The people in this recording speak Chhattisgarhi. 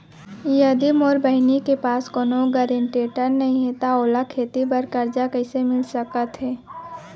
यदि मोर बहिनी के पास कोनो गरेंटेटर नई हे त ओला खेती बर कर्जा कईसे मिल सकत हे?